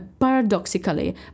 paradoxically